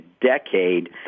decade